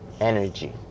energy